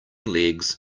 legs